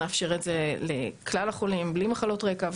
נאפשר את זה לכלל החולים בלי מחלות רקע.